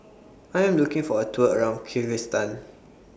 I Am looking For A Tour around Kyrgyzstan